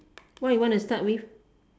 what you wanna start with